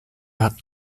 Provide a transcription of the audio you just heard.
hat